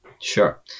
Sure